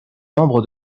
membre